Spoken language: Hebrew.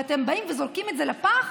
ואתם זורקים את זה לפח?